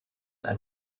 ein